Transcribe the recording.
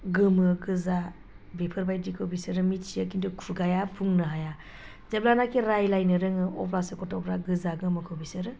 गोमो गोजा बेफोरबायदिखौ बिसोरो मिथियो खिन्थु खुगाया बुंनो हाया जेब्लानाखि रायज्लायनो रोङो अब्लासो गथ'फ्रा गोजा गोमोखौ बिसोरो